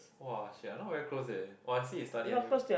!wah! sia not very close eh !wah! I see he study until